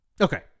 Okay